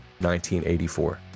1984